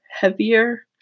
heavier